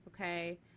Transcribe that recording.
Okay